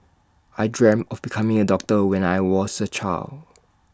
I dreamt of becoming A doctor when I was A child